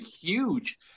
huge